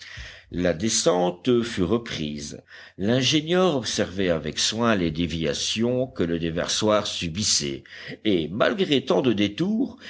la descente fut reprise l'ingénieur observait avec soin les déviations que le déversoir subissait et malgré tant de détours